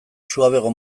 suabeago